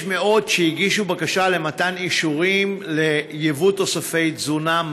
מאות שהגישו בקשה למתן אישורים ליבוא תוספי תזונה,